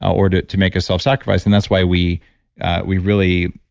or to to make a selfsacrifice. and that's why we we really,